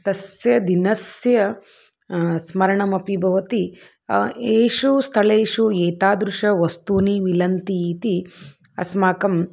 तस्य दिनस्य स्मरणमपि भवति एषु स्थलेषु एतादृशवस्तूनि मिलन्ति इति अस्माकम्